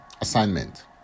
assignment